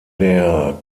der